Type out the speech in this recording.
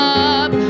up